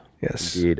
Yes